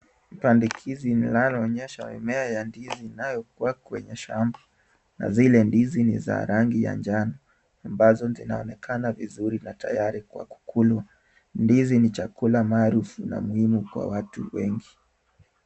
Pandikizi linalonyesha mimea ya ndizi inayokua kwenye shamba, na zile ndizi ni za rangi ya njano ambazo zinaonekana vizuri na tayari kwa kukulwa. Ndizi ni chakula maarufu na muhimu kwa watu wengi.